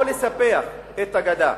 או לספח את הגדה,